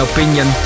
Opinion